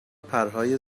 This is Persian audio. پرهای